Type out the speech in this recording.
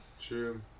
True